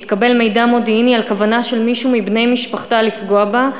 שהתקבל מידע מודיעיני שבכוונת מישהו מבני משפחתה לפגוע בה,